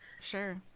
sure